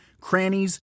crannies